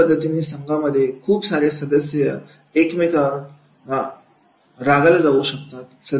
अशा पद्धतीने संघामधील खूप सारे सदस्य एकमेकांवर रागआला जाऊ शकतात